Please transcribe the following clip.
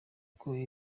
uko